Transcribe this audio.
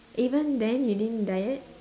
even then you didn't diet